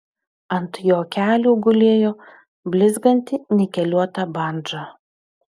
ant jo kelių gulėjo blizganti nikeliuota bandža